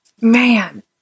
man